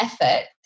effort